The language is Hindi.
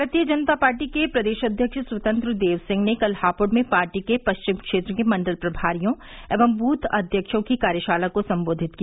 भारतीय जनता पार्टी के प्रदेश अध्यक्ष स्वतंत्र देव सिंह ने कल हापुड़ में पार्टी के पश्चिम क्षेत्र के मंडल प्रभारियों एवं बूथ अध्यक्षों की कार्यशाला को सम्बोधित किया